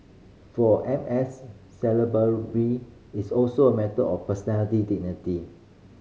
for M S Salisbury be it's also a matter of personality dignity